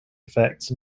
effects